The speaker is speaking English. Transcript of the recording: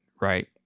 right